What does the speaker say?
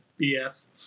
BS